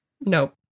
Nope